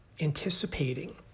anticipating